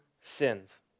sins